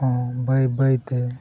ᱦᱟᱸ ᱵᱟᱹᱭ ᱵᱟᱹᱭᱛᱮ